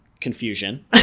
confusion